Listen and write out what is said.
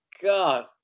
God